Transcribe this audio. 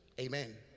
Amen